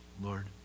Lord